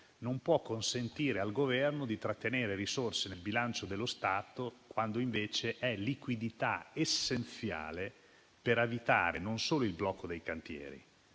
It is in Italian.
non può consentire al Governo di trattenere risorse nel bilancio dello Stato, quando si tratta di liquidità essenziale per evitare non solo il blocco dei cantieri,